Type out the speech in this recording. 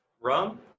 Rum